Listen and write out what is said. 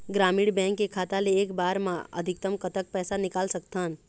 ग्रामीण बैंक के खाता ले एक बार मा अधिकतम कतक पैसा निकाल सकथन?